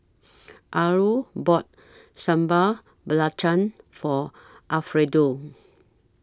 Arlo bought Sambal Belacan For Alfredo